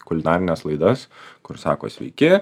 kulinarines laidas kur sako sveiki